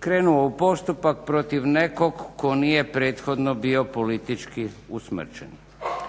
krenulo u postupak protiv nekog tko nije prethodno bio politički usmrćen.